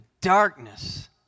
darkness